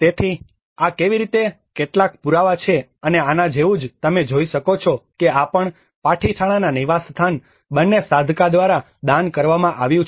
તેથી આ કેવી રીતે કેટલાક પુરાવા છે અને આના જેવું જ તમે જોઈ શકો છો કે આ પણ પાઠિઠાણાના નિવાસસ્થાન બંને સાઘકા દ્વારા દાન કરવામાં આવ્યું છે